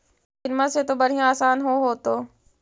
मसिनमा से तो बढ़िया आसन हो होतो?